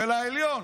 של העליון.